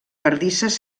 bardisses